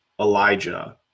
Elijah